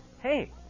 Hey